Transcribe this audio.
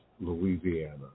Louisiana